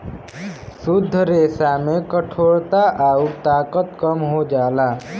शुद्ध रेसा में कठोरता आउर ताकत कम हो जाला